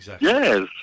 Yes